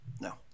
No